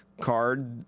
card